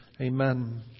Amen